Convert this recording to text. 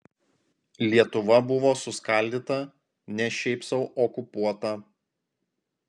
lietuva buvo suskaldyta ne šiaip sau okupuota